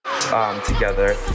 together